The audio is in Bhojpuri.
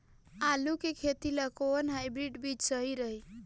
आलू के खेती ला कोवन हाइब्रिड बीज सही रही?